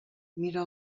mira